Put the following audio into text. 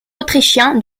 autrichien